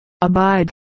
Abide